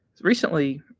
recently